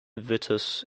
vitus